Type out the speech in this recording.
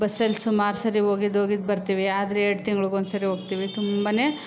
ಬಸ್ಸಲ್ಲಿ ಸುಮಾರು ಸರಿ ಹೋಗಿದ್ದು ಹೋಗಿದ್ದು ಬರ್ತೀವಿ ಆದರೆ ಎರಡು ತಿಂಗಳಿಗೊಂದ್ಸರಿ ಹೋಗ್ತೀವಿ ತುಂಬನೇ